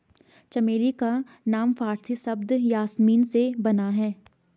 चमेली का नाम फारसी शब्द यासमीन से बना है